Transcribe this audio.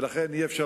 ולכן אי-אפשר